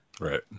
right